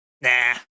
Nah